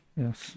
yes